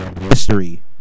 history